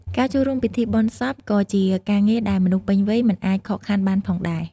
ការចូលរួមពិធីបុណ្យសពក៏ជាការងារដែលមនុស្សពេញវ័យមិនអាចខកខានបានផងដែរ។